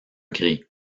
gris